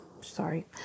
sorry